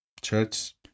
Church